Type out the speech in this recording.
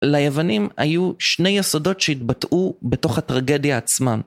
ליוונים היו שני יסודות שהתבטאו בתוך הטרגדיה עצמה.